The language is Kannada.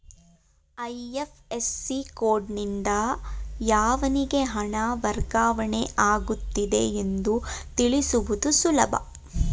ಐ.ಎಫ್.ಎಸ್.ಸಿ ಕೋಡ್ನಿಂದ ಯಾವನಿಗೆ ಹಣ ವರ್ಗಾವಣೆ ಆಗುತ್ತಿದೆ ಎಂದು ತಿಳಿಸುವುದು ಸುಲಭ